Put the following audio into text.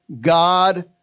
God